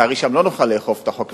לצערי שם לא נוכל לאכוף את החוק,